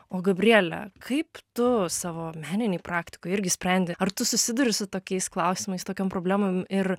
o gabriele kaip tu savo meninėj praktikoj irgi sprendi ar tu susiduri su tokiais klausimais tokiom problemom ir